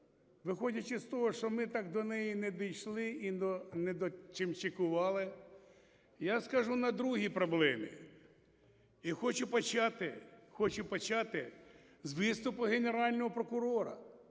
Виходячи з того, що ми так до неї не дійшли і не дочимчикували, я скажу на другій проблемі. І хочу почати, хочу почати з виступу Генерального прокурора.